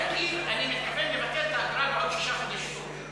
אז תגיד: אני מבטיח לבטל את האגרה בעוד תשעה חודשים.